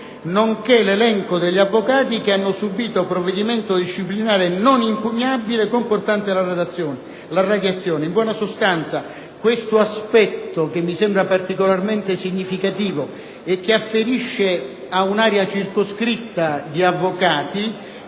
nonché l'elenco degli avvocati che hanno subito provvedimento disciplinare non più impugnabile, comportante la radiazione». In buona sostanza, questo aspetto, che mi pare particolarmente significativo e che afferisce ad un'area circoscritta di avvocati